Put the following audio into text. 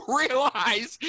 realize